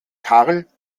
karl